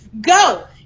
go